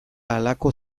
halako